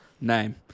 name